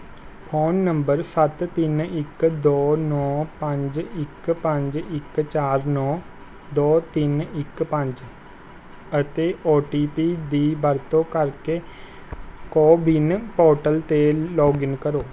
phone number ਸੱਤ ਤਿੰਨ ਇੱਕ ਦੋ ਨੌਂ ਪੰਜ ਇੱਕ ਪੰਜ ਇੱਕ ਚਾਰ ਨੌਂ ਦੋ ਤਿੰਨ ਇੱਕ ਪੰਜ ਅਤੇ ਓ ਟੀ ਪੀ ਦੀ ਵਰਤੋਂ ਕਰਕੇ ਕੋਵਿਨ ਪੋਰਟਲ 'ਤੇ ਲੌਗਇਨ ਕਰੋ